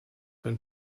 been